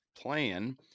Plan